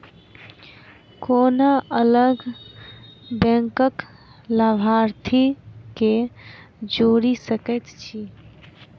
कोना अलग बैंकक लाभार्थी केँ जोड़ी सकैत छी?